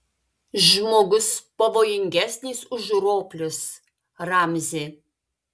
žmogus pavojingesnis už roplius ramzi